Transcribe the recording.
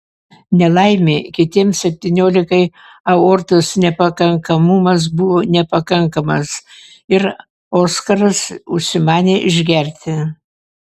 nelaimė kitiems septyniolikai aortos nepakankamumas buvo nepakankamas ir oskaras užsimanė išgerti